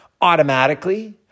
automatically